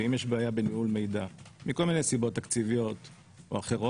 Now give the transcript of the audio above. ואם יש בעיה בניהול מידע מכל מיני סיבות תקציביות ואחרות,